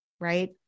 Right